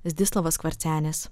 zdislovas skvarcenis